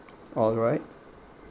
alright